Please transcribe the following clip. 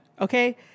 okay